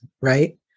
right